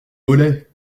mollet